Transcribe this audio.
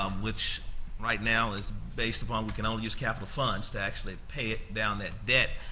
um which right now is based upon we can all use capital funds to actually pay down that debt.